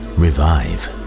revive